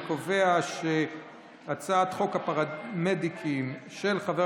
אני קובע שהצעת חוק הפרמדיקים של חבר